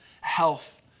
health